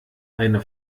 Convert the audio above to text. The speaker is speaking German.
eine